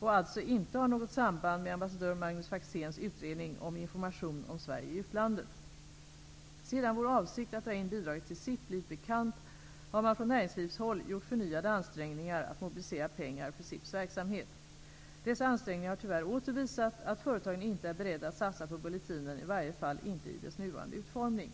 och alltså inte har något samband med ambassadör Magnus Sedan vår avsikt att dra in bidraget till SIP blivit bekant, har man från näringslivshåll gjort förnyade ansträngningar att mobilisera pengar för SIP:s verksamhet. Dessa ansträngningar har tyvärr åter visat, att företagen inte är beredda att satsa på bulletinen, i varje fall inte i dess nuvarande utformning.